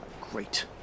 great